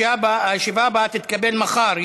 הישיבה הבאה תתקיים מחר,